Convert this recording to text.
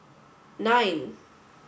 nine